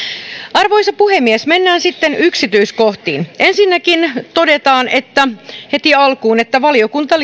arvoisa puhemies mennään sitten yksityiskohtiin ensinnäkin todetaan heti alkuun että valiokunta